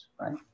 right